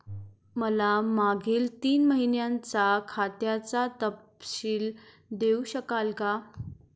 मला मागील तीन महिन्यांचा खात्याचा तपशील देऊ शकाल का?